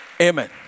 Amen